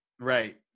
right